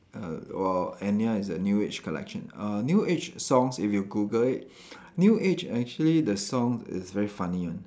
err !wow! Enya is a new age collection uh new age songs if you Google it new age actually the song is very funny one